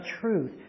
truth